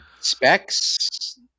Specs